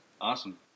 Awesome